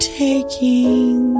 taking